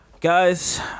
guys